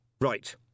Right